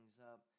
up